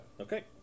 Okay